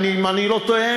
אם אני לא טועה,